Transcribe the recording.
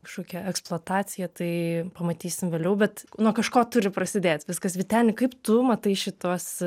kažkokią eksploataciją tai pamatysim vėliau bet nuo kažko turi prasidėt viskas vyteni kaip tu matai šituos